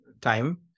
time